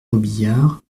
robiliard